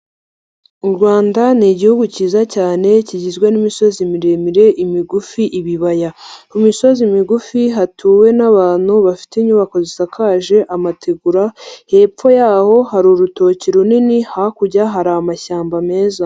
U Rwanda ni Igihugu kiza cyane kigizwe n'imisozi miremire, imigufi, ibibaya, ku misozi migufi hatuwe n'abantu bafite inyubako zisakaje amategura, hepfo y'aho hari urutoki runini, hakurya hari amashyamba meza.